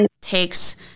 takes